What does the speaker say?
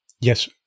yes